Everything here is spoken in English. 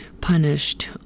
punished